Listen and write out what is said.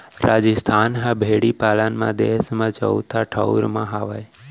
राजिस्थान ह भेड़ी पालन म देस म चउथा ठउर म हावय